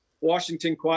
Washington